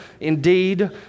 indeed